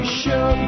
show